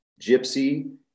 Gypsy